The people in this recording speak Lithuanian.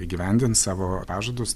įgyvendins savo pažadus